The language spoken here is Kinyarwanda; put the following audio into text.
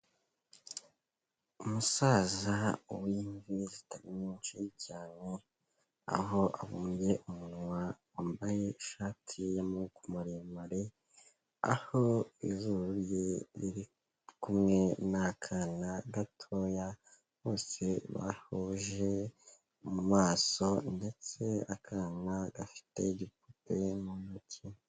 Umusaza w'imvi zitari nyinshi cyane, aho abumbye umunwa, wambaye ishati y'amaboko maremare, aho izuru rye riri kumwe n'akana gatoya, bose bahuje mu maso ndetse akana gafite igipupe mu ntoki.